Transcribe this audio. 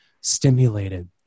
stimulated